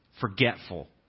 forgetful